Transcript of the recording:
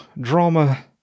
drama